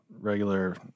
regular